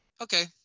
Okay